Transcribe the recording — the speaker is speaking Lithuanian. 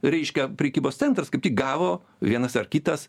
reiškia prekybos centras kaip tik gavo vienas ar kitas